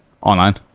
Online